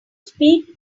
speak